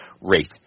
rate